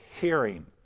hearing